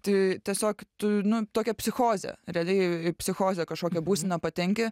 tai tiesiog tu nu tokia psichozė realiai psichozė į kažkokią būseną patenki